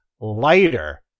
lighter